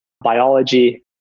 biology